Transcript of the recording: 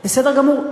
בסדר גמור.